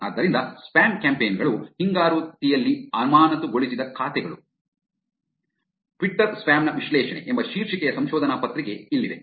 ಆದ್ದರಿಂದ spam campaign ಗಳು ಹಿಂಗಾರುತಿಯಲ್ಲಿ ಅಮಾನತುಗೊಳಿಸಿದ ಖಾತೆಗಳು ಟ್ವಿಟರ್ ಸ್ಪ್ಯಾಮ್ ನ ವಿಶ್ಲೇಷಣೆ ಎಂಬ ಶೀರ್ಷಿಕೆಯ ಸಂಶೋಧನಾ ಪತ್ರಿಕೆ ಇಲ್ಲಿದೆ